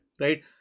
Right